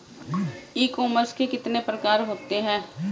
ई commerce के कितने प्रकार होते हैं?